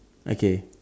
okay